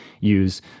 use